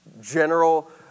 general